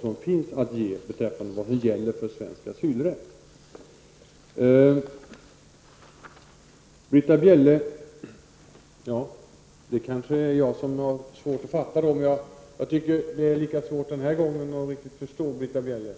som finns att ge beträffande asylrätt. Till Britta Bjelle: Det är kanske jag som har svårt att fatta, men jag tycker att det den här gången är lika svårt att riktigt förstå Britta Bjelle.